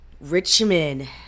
Richmond